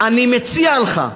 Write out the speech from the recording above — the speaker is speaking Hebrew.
אני מציע לך שתבין.